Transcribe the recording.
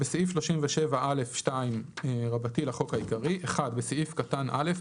בסעיף 37א2 לחוק העיקרי - בסעיף קטן (א),